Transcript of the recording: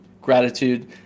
gratitude